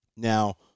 now